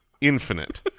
infinite